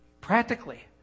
practically